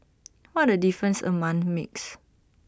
what A difference A month makes